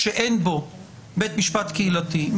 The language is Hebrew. שאין בו בית משפט קהילתי,